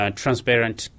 transparent